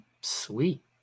Sweet